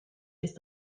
ist